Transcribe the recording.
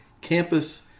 Campus